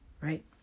right